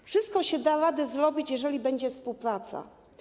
Wszystko da się zrobić, jeżeli będzie współpraca.